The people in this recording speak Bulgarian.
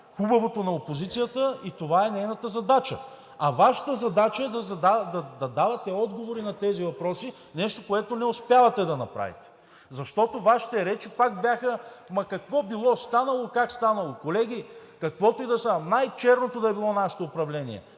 хубавото на опозицията и това е нейната задача, а Вашата задача е да давате отговори на тези въпроси – нещо, което не успявате да направите, защото Вашите речи пак бяха ама какво било станало, как станало. Колеги, каквото и да е ставало, най-черното да е било нашето управление,